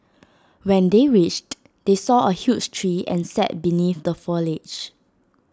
when they reached they saw A huge tree and sat beneath the foliage